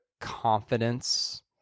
confidence